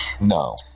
no